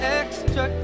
extra